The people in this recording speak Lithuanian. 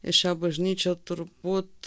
į šią bažnyčią turbūt